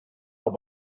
out